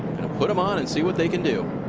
put them on and see what they can do.